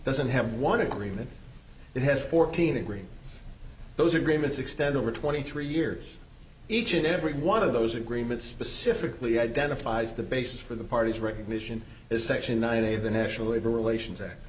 doesn't have one agreement it has fourteen agree those agreements extend over twenty three years each and every one of those agreements specifically identifies the basis for the parties recognition is section ninety of the national labor relations act